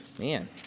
Man